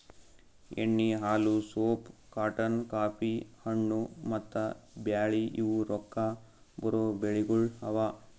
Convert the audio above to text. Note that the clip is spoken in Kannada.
ಎಣ್ಣಿ, ಹಾಲು, ಸೋಪ್, ಕಾಟನ್, ಕಾಫಿ, ಹಣ್ಣು, ಮತ್ತ ಬ್ಯಾಳಿ ಇವು ರೊಕ್ಕಾ ಬರೋ ಬೆಳಿಗೊಳ್ ಅವಾ